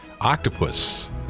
Octopus